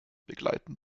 begleiten